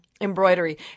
embroidery